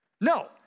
No